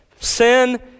Sin